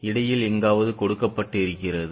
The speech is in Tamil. இடையில் எங்காவது கொடுக்கப்பட்டு இருக்கிறது